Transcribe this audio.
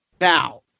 Now